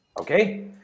Okay